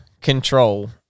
control